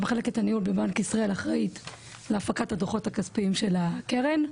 מחלקת הניהול בבנק ישראל אחראית על הפקת הדו"חות הכספיים של הקרן,